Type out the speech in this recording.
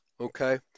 Okay